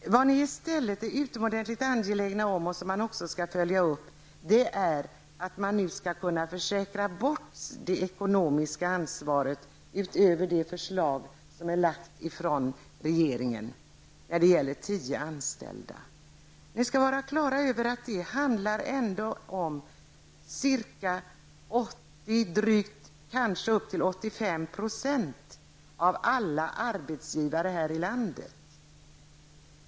Vad ni i stället är utomordentligt angelägna om, och det skall man också följa upp, är att man nu skall kunna försäkra bort det ekonomiska ansvaret utöver det förslag som regeringen lagt fram när det gäller 10 anställda. Det handlar ändå om drygt 80 %, kanske upp till 85 %, av alla arbetsgivare här i landet.